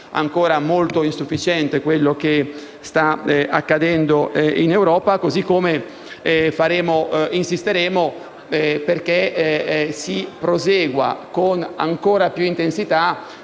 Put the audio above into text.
ancora molto insufficiente quello che sta accadendo in Europa), così come insisteremo perché si prosegua, con ancora maggiore intensità,